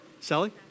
Sally